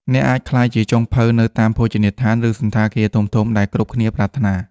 អ្នកអាចក្លាយជាចុងភៅនៅតាមភោជនីយដ្ឋាន ឬសណ្ឋាគារធំៗ ដែលគ្រប់គ្នាប្រាថ្នា។